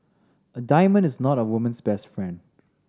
a diamond is not a woman's best friend